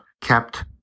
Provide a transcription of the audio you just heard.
kept